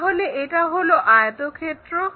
তাহলে এটা হলো আয়তক্ষেত্র